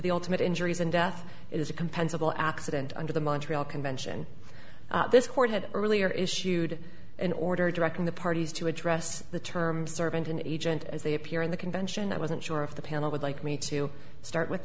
the ultimate injuries and death is a compensable accident under the montreal convention this court had earlier issued an order directing the parties to address the term servant an agent as they appear in the convention i wasn't sure if the panel would like me to start with